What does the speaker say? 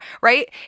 right